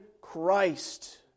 Christ